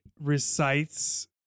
recites